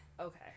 Okay